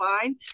fine